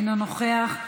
אינו נוכח.